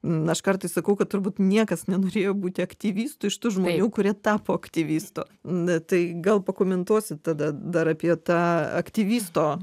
na aš kartais sakau kad turbūt niekas nenorėjo būti aktyvistu iš tų žmonių kurie tapo aktyvistu na tai gal pakomentuosit tada dar apie tą aktyvisto